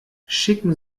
schicken